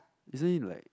isn't it like